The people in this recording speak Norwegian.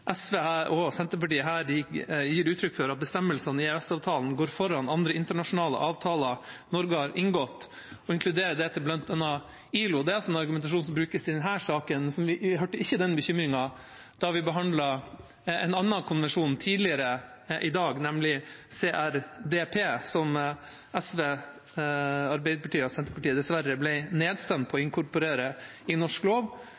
SV og Senterpartiet her gir uttrykk for, at bestemmelsene i EØS-avtalen går foran andre internasjonale avtaler Norge har inngått, inkludert bl.a. ILO, er argumentasjon som brukes i denne saken, mens vi ikke hørte den bekymringen da vi behandlet en annen konvensjon tidligere i dag, nemlig CRDP, som SV, Arbeiderpartiet og Senterpartiet dessverre ble nedstemt på å inkorporere i norsk lov.